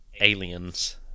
aliens